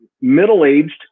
middle-aged